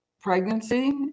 pregnancy